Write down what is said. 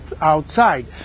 outside